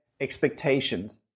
expectations